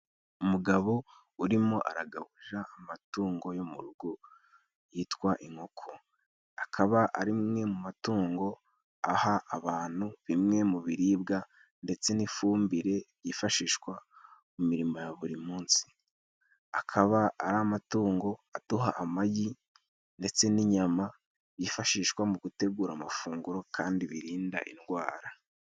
Umugabo urimo aragaburira amatungo yo mu rugo yitwa inkoko. Akaba ari rimwe mu matungo aha abantu bimwe mu biribwa ndetse n'ifumbire byifashishwa mu mirimo ya buri munsi. Akaba ari amatungo aduha amagi ndetse n'inyama byifashishwa mu gutegura amafunguro kandi birinda indwara.